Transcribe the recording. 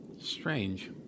Strange